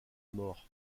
mort